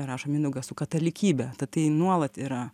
rašo mindaugas su katalikybe tad tai nuolat yra